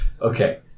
Okay